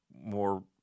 more